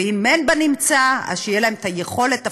ואם אין בנמצא, אז שתהיה להם היכולת הפיננסית,